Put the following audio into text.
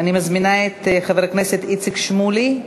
אני מזמינה את חבר הכנסת איציק שמולי.